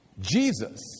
Jesus